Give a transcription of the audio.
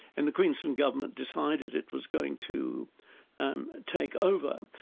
and the queensland government decided it was going to and take over.